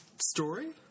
story